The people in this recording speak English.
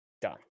Done